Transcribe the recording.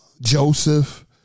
Joseph